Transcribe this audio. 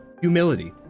humility